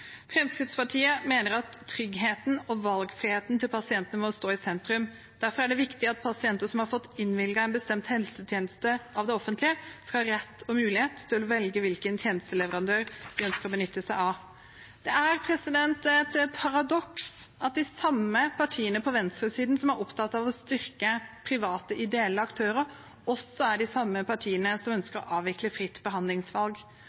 Fremskrittspartiet mener at tryggheten og valgfriheten til pasientene må stå i sentrum. Derfor er det viktig at pasienter som har fått innvilget en bestemt helsetjeneste av det offentlige, skal ha rett og mulighet til å velge hvilken tjenesteleverandør de ønsker å benytte seg av. Det er et paradoks at de samme partiene på venstresiden som er opptatt av å styrke private ideelle aktører, også er de samme partiene som ønsker å avvikle fritt behandlingsvalg.